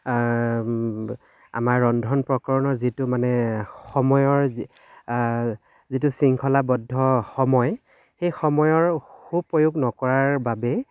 আমাৰ ৰন্ধন প্ৰকৰণৰ যিটো মানে সময়ৰ যিটো সৃংখলাবদ্ধ সময় সেই সময়ৰ সু প্ৰয়োগ নকৰাৰ বাবে